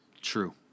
True